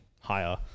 higher